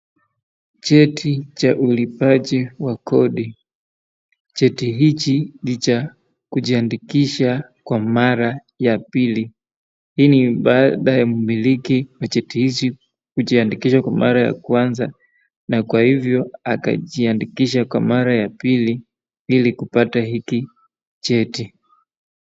Cheti cha ulipaji wa kodi. Cheti hichi ni cha kujiandikisha kwa mara ya pili. Hii ni baada ya mmiliki wa cheti hichi kujiandikisha kwa mara ya kwanza na kwa hivyo akajiandikisha kwa mara ya pili ili kupata hiki cheti.